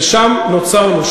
ושם נוצרנו,